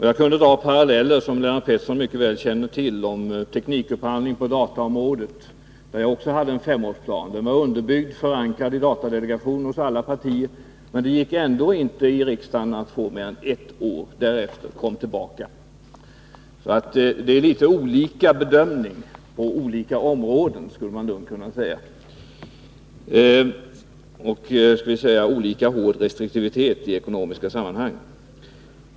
Jag kunde dra paralleller, som Lennart Pettersson mycket väl känner till, om t.ex. teknikupphandling på dataområdet. Där hade jag också en femårsplan. Den var underbyggd och förankrad i datadelegationen och hos alla partier. Men det gick ändå inte att i riksdagen få en plan för mer än ett år, utan jag fick komma tillbaka. Det är litet olika bedömning på olika områden, skulle man lugnt kunna säga, och det är olika hård restriktivitet i ekonomiska sammanhang.